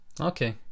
Okay